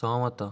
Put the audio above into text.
ସହମତ